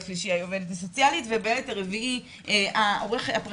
השלישי העובדת הסוציאלית ובילד הרביעי הפרקליטה,